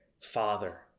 Father